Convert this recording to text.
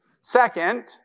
Second